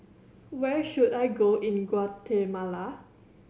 where should I go in Guatemala